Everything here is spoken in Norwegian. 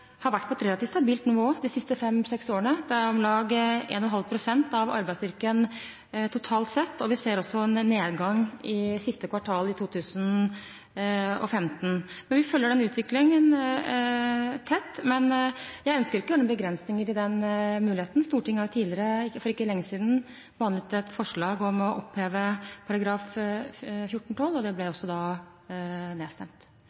har vært på et relativt stabilt nivå de siste fem–seks årene. Det er om lag 1,5 pst. av arbeidsstyrken totalt sett. Vi ser også en nedgang i siste kvartal 2015. Vi følger utviklingen tett, men jeg ønsker ikke å gjøre noen begrensninger i den muligheten. Stortinget har for ikke lenge siden behandlet et forslag om å oppheve § 14-12. Det ble nedstemt. Jeg kan også nevne at vi nå ser at ikke bare er det